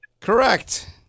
Correct